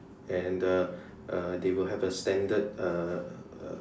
and uh uh they will have a standard uh uh